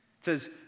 says